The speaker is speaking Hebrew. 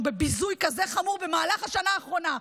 בביזוי כזה חמור במהלך השנה האחרונה,